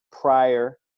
prior